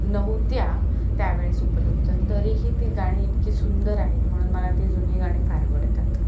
नव्हत्या त्यावेळेस उपलब्ध तरीही ती गाणी इतकी सुंदर आहेत म्हणून मला ती जुनी गाणी फार आवडतात